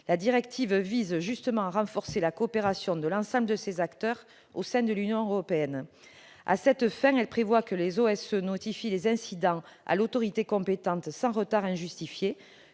La directive vise justement à renforcer la coopération de l'ensemble de ces acteurs au sein de l'Union européenne. À cette fin, elle prévoit que les OSE notifient les incidents à l'autorité compétente « sans retard injustifié